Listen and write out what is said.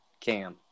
Cam